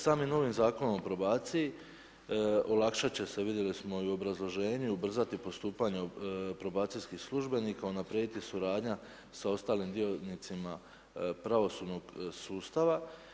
Samim novim Zakonom o probaciji olakšat će se, vidjeli smo i u obrazloženju, ubrzati postupanje probacijskih službenika, unaprijediti suradnja s ostalim djelatnicima pravosudnog sustava.